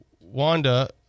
Wanda